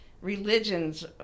Religions